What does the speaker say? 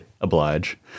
oblige